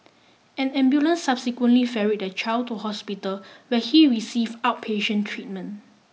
an ambulance subsequently ferried the child to hospital where he receive outpatient treatment